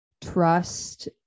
trust